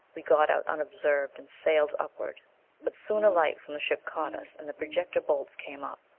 we got out unobserved and sailed upward but soon a light from the ship caught us. and the projector bolts came up.